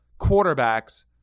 quarterbacks